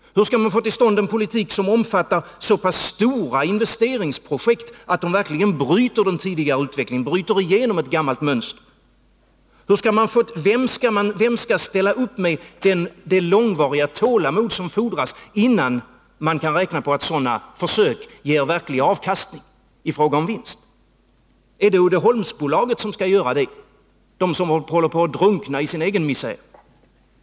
Hur skall man få till stånd en politik som omfattar så pass stora investeringsprojekt att de verkligen bryter den tidigare utvecklingen, bryter igenom ett gammalt mönster? Vem skall ställa upp med det långvariga tålamod som fordras innan man kan räkna med att sådana försök ger verklig avkastning i fråga om vinst? Är det Uddeholmsbolaget som skall göra det, som håller på att drunkna i sin egen misär?